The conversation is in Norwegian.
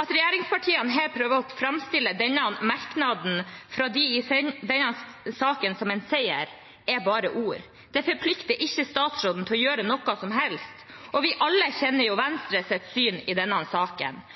At regjeringspartiene her prøver å framstille denne merknaden i denne saken som en seier, er bare ord. Det forplikter ikke statsråden til å gjøre noe som helst. Vi kjenner alle Venstres syn i denne saken, og